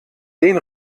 den